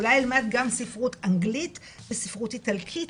אולי הוא יילמד גם ספרות אנגלית וספרות איטלקית,